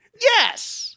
Yes